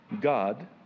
God